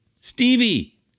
Stevie